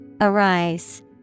Arise